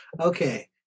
Okay